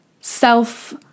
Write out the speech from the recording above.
self